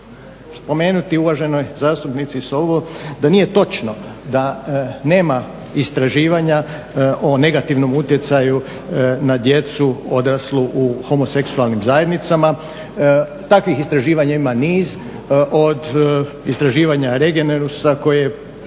spomenuti uvaženoj zastupnici Sobol da nije točno da nema istraživanja o negativnom utjecaju na djecu odraslu u homoseksualnim zajednicama. Takvih istraživanja ima niz, od istraživanja Regenerusa koji je